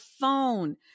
phone